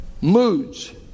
Moods